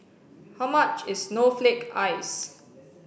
how much is snowflake ice